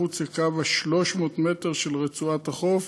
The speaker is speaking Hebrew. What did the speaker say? מחוץ לקו 300 המטרים של רצועת החוף